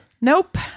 nope